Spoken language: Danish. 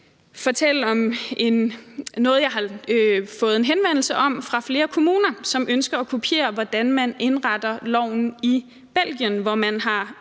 jeg har fået en henvendelse om fra flere kommuner, som ønsker at kopiere, hvordan man indretter loven i Belgien, hvor man med